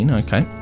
okay